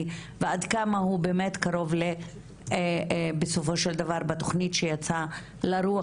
ועד כמה הוא באמת קרוב בסופו של דבר בתוכנית שיצאה לרוח